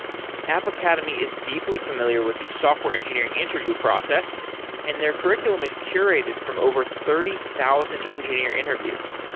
app academy is deeply familiar with the software engineering interview process and their curriculum is curated from over thirty thousand engineering interviews.